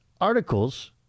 articles